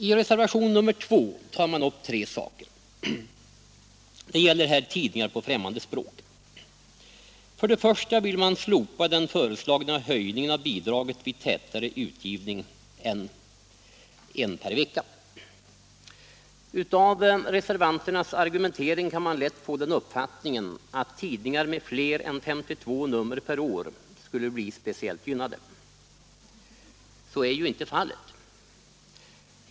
I reservation nr 2 tar man upp tre saker — det gäller här tidningar på främmande språk. Först och främst vill man slopa den föreslagna höjningen av bidraget vid tätare utgivning än ett nummer per vecka. Av reservanternas argumentering kan man lätt få den uppfattningen att tidningar med fler än 52 nummer per år skulle bli speciellt gynnade. Så är inte fallet.